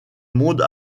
monde